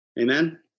Amen